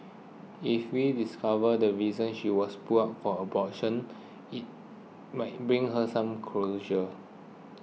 if we discover the reason she was put up for adoption it might bring her some closure